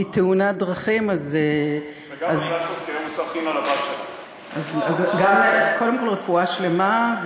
בתאונת דרכים, אז, אני רוצה לאחל לה רפואה שלמה,